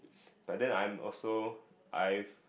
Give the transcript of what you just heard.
but then I'm also I've